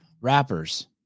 rappers